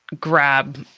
grab